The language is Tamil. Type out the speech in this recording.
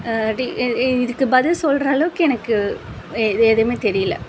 டி இ இதுக்கும் பதில் சொல்கிற அளவுக்கு எனக்கு எ எதுவுமே தெரியல